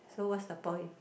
so what's the point